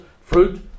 fruit